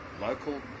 local